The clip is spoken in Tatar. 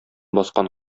баскан